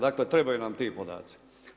Dakle trebaju nam ti podaci.